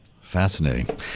Fascinating